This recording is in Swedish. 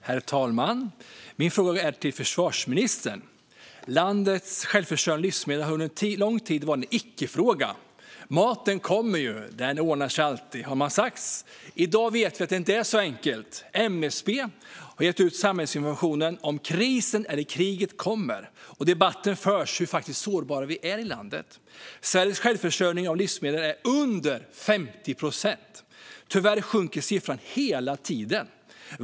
Herr talman! Min fråga är till försvarsministern. Landets självförsörjning av livsmedel har under en lång tid varit en icke-fråga. Maten kommer ju, det ordnar sig alltid, har det sagts. I dag vet vi att det inte är så enkelt. MSB har gett ut samhällsinformationen Om krisen eller kriget kommer , och det förs en debatt om hur sårbara vi faktiskt är i landet. Sveriges självförsörjning av livsmedel är under 50 procent. Tyvärr sjunker siffran hela tiden.